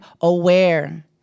aware